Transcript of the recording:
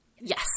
Yes